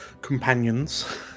companions